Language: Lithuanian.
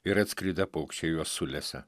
ir atskridę paukščiai juos sulesė